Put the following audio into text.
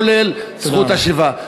כולל זכות השיבה.